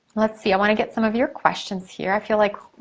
let's see, i wanna get some of your questions here. i feel like,